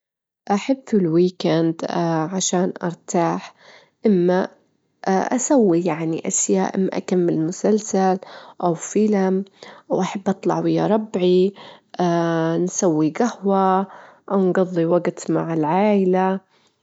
عادةً أني أجرا كتب كتيرة، كتب مرة كبيرة، بس حوالي خمستاشر كتاب في السنة، في حياتي تقريبًا أجدر أجيلك قرأت أكتر من متين كتاب.